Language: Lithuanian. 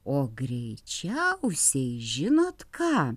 o greičiausiai žinot ką